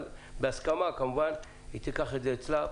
אבל נעשה זאת בהסכמה כמובן והיא תיקח את זה עליה.